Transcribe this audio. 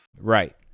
Right